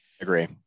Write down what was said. Agree